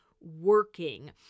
working